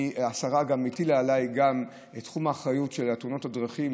השרה הטילה עליי גם את תחום האחריות של תאונות הדרכים,